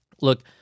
look